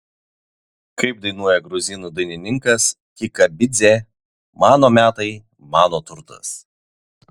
kaip dainuoja gruzinų dainininkas kikabidzė mano metai mano turtas